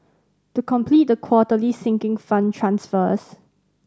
to complete the quarterly Sinking Fund transfers